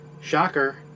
shocker